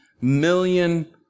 million